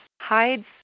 hides